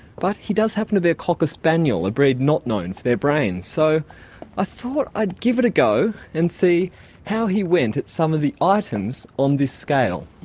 but he does happen to be a cocker spaniel, a breed not known for their brain. so i ah thought i'd give it a go and see how he went at some of the ah items on this scale.